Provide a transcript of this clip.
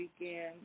weekend